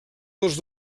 dels